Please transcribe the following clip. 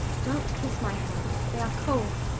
don't kiss my hands they are cold.